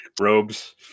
Robes